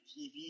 TV